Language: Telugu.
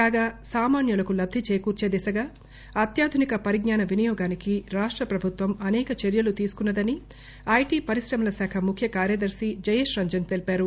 కాగా సామాన్యులకు లబ్ది చేకూర్చే దిశగా అత్యాధునిక పరిజ్ఞాన వినియోగానికి రాష్ట ప్రభుత్వం అసేక చర్యలు తీసుకున్న దని ఐటీ పరిశ్రమల శాఖ ముఖ్య కార్యదర్శి జయేష్ రంజన్ తెలిపారు